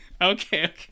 okay